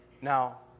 Now